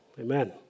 Amen